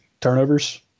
turnovers